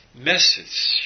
message